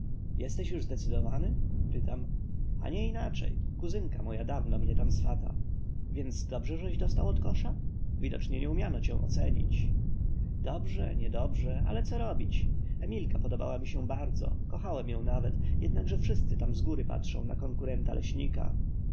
jesteś już zdecydowany pytam a nie inaczej kuzynka moja dawno mnie tam swataswata więc dobrze żeś dostał odkosza widocznie nie umiano cię ocenić dobrze niedobrze ale co robić emilka podobała mi się bardzo kochałem ją nawet jednakże wszyscy tam z góry patrzą na konkurenta leśnika